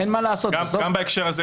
גם בהקשר הזה,